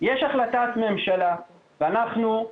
יש החלטת ממשלה ואנחנו מחויבים לבצע את החלטת הממשלה.